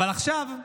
אבל עכשיו,